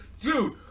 Dude